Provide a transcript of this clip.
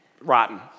rotten